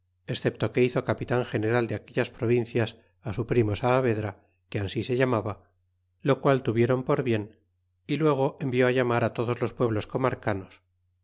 excepto que hizo capitan general de aquellas provincias á su primo saavedra que ansi se llamaba lo qual tuvieron por bien y luego envió llamar á todos los pueblos comarcanos